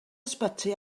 ysbyty